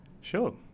sure